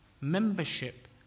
Membership